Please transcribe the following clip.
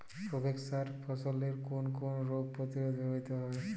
Provex সার ফসলের কোন কোন রোগ প্রতিরোধে ব্যবহৃত হয়?